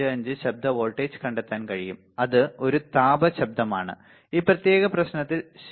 455 ശബ്ദ വോൾട്ടേജ് കണ്ടെത്താൻ കഴിയും അത് ഒരു താപ ശബ്ദമാണ് ഈ പ്രത്യേക പ്രശ്നത്തിൽ ശരി